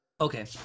okay